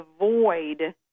avoid